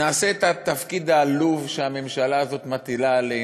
נעשה את התפקיד העלוב שהממשלה הזאת מטילה עלינו: